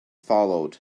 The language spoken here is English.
followed